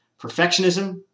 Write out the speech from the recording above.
perfectionism